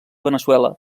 veneçuela